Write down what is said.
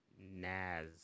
Naz